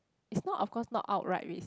it's not of course not outright rac~